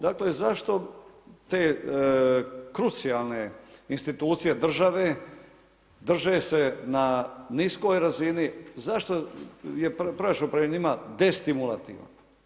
Dakle, zašto te krucijalne institucije države drže se na niskoj razini, zašto je proračun prema njima destimulativan.